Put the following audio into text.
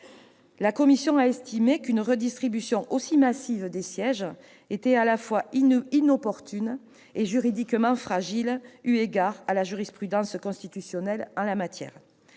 La commission des lois a estimé qu'une redistribution aussi massive des sièges serait à la fois inopportune et juridiquement fragile, eu égard à la jurisprudence constitutionnelle en la matière.